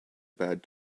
bad